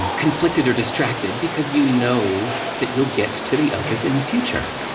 conflicted or distracted. because you know that you'll get to the others in the future.